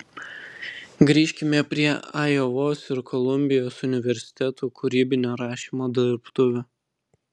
grįžkime prie ajovos ir kolumbijos universitetų kūrybinio rašymo dirbtuvių